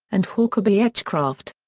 and hawker beechcraft.